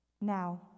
Now